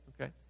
Okay